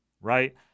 right